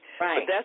Right